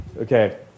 Okay